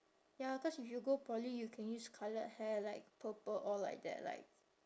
ya cause if you go poly you can use coloured hair like purple or like that like